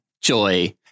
Joy